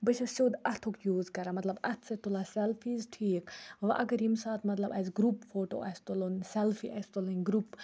بہٕ چھَس سیوٚد اَتھُک یوٗز کَران مطلب اَتھٕ سۭتۍ تُلان سٮ۪لفیٖز ٹھیٖک وٕ اگر ییٚمہِ ساتہٕ مطلب اَسہِ گرُپ فوٹو آسہِ تُلُن سٮ۪لفی آسہِ تُلٕنۍ گرُپ